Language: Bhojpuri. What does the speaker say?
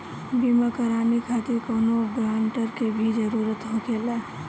बीमा कराने खातिर कौनो ग्रानटर के भी जरूरत होखे ला?